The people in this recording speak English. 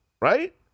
right